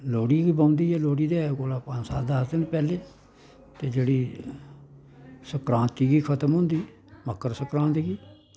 लोह्ड़ी गी बहौंदी ऐ लोह्ड़ी दे कोला पंज सत दस दिन पैह्लें ते जेह्ड़ी संकराती गी खत्म होंदी मक्कर संकराती गी